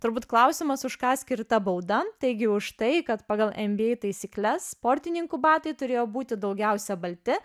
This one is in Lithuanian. turbūt klausimas už ką skirta bauda taigi už tai kad pagal nba taisykles sportininkų batai turėjo būti daugiausia balti